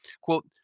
quote